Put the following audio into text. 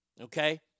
Okay